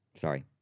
Sorry